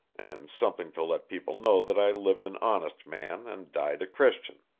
and something to let people know that i lived an honest man and died a christian